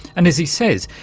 and, as he says,